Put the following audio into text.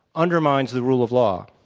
undermines the rule of law,